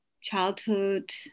childhood